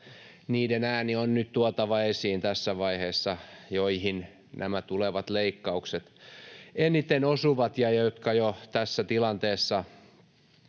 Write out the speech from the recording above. niiden ääni on nyt tuotava esiin tässä vaiheessa, joihin nämä tulevat leikkaukset eniten osuvat ja jotka jo tässä tilanteessa